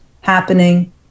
happening